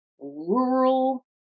rural